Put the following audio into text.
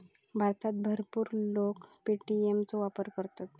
भारतात भरपूर लोक पे.टी.एम चो वापर करतत